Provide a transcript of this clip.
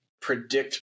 predict